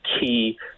key